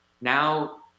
now